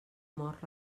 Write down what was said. mort